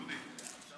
היו הרבה שלא היו.